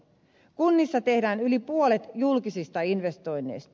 kunnissa tehdään yli puolet julkisista investoinneista